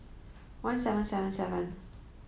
one seven seven seven